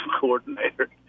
coordinator